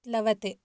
प्लवते